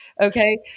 Okay